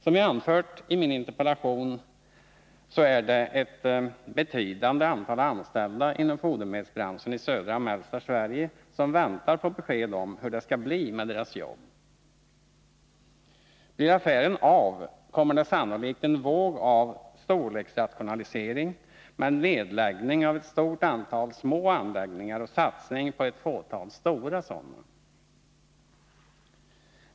Som jag anfört i min interpellation är det ett betydande antal anställda inom fodermedelsbranschen i södra och mellersta Sverige som väntar på besked om hur det skall bli med deras jobb. Blir affären av, kommer det sannolikt en våg av storleksrationaliseringar, som innebär nedläggning av ett stort antal små anläggningar och satsning på ett fåtal stora sådana.